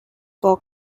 for